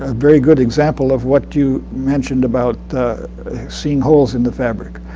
ah very good example of what you mentioned about seeing holes in the fabric.